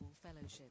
Fellowship